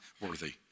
worthy